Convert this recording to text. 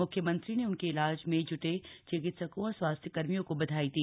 म्ख्यमंत्री ने उनके ईलाज में ज्टे चिकित्सकों और स्वास्थ्यकर्मियों को बधाई दी